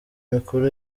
mikuru